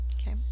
Okay